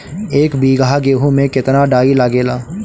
एक बीगहा गेहूं में केतना डाई लागेला?